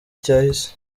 cyahise